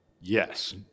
Yes